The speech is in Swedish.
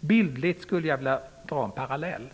Bildligt skulle jag vilja dra en parallell.